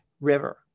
river